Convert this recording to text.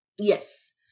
Yes